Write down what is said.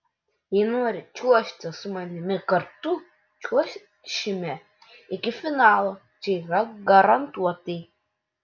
jei nori čiuožti su manimi kartu čiuošime iki finalo čia yra garantuotai